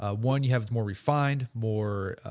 ah one, you have more refined, more,